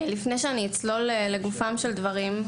לפני שאצלול לגופם של דברים,